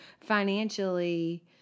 financially